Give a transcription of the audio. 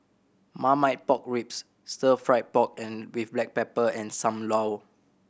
Marmite Pork Ribs stir fried pork and with black pepper and Sam Lau